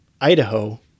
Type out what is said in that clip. Idaho